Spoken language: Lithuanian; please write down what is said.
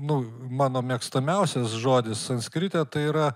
nu mano mėgstamiausias žodis sanskrite tai yra